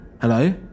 hello